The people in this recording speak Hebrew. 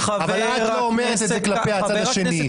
אבל את לא אומרת את זה כלפי הצד השני,